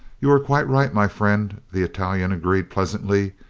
you are quite right, my friend, the italian agreed pleasantly.